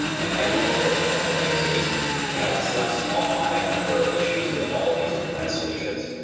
and and the answer was a couple of things. it was you know some small finite number of issues with all of these freelance solutions,